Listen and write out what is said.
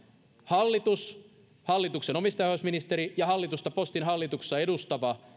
hallitus hallituksen omistajaohjausministeri ja hallitusta postin hallituksessa edustava